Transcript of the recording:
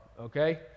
okay